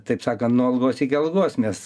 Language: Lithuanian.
taip sakan nuo algos iki algos nes